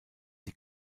die